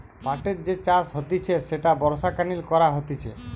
পাটের যে চাষ হতিছে সেটা বর্ষাকালীন করা হতিছে